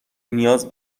نیاز